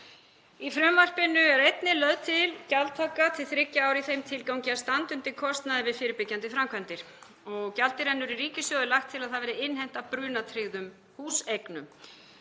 Í frumvarpinu er einnig lögð til gjaldtaka til þriggja ára í þeim tilgangi að standa undir kostnaði við fyrirbyggjandi framkvæmdir og gjaldið rennur í ríkissjóð. Er lagt til að það verði innheimt af brunatryggðum húseignum.